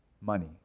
money